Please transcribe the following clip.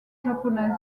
japonaise